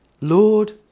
Lord